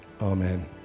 amen